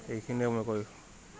সেইখিনিয়ে মই কৈ